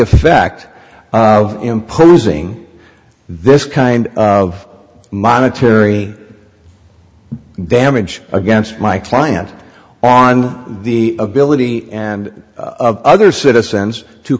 effect of imposing this kind of monetary damage against my client on the ability and other citizens to